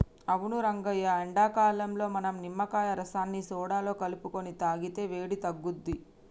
అవును రంగయ్య ఎండాకాలంలో మనం నిమ్మకాయ రసాన్ని సోడాలో కలుపుకొని తాగితే వేడి తగ్గుతుంది